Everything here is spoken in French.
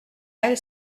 elle